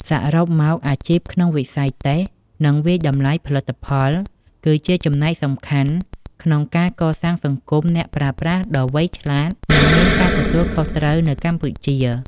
សរុបមក អាជីពក្នុងវិស័យតេស្ត និងវាយតម្លៃផលិតផល គឺជាចំណែកសំខាន់ក្នុងការកសាងសង្គមអ្នកប្រើប្រាស់ដ៏វៃឆ្លាត និងមានការទទួលខុសត្រូវនៅកម្ពុជា។